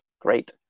Great